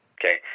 Okay